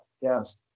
yes